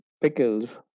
pickles